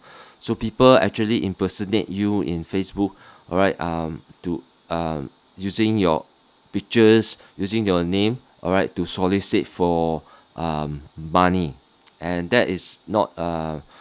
so people actually impersonate you in facebook alright um to um using your pictures using your name alright to solicit for um money and that is not uh